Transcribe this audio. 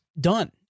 done